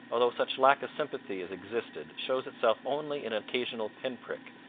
although such lack of sympathy as existed shows itself only in an occasional pin-prick,